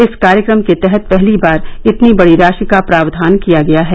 इस कार्यक्रम के तहत पहली बार इतनी बड़ी राशि का प्रावधान किया गया है